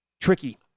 tricky